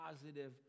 positive